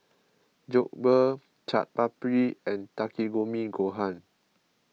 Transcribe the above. Jokbal Chaat Papri and Takikomi Gohan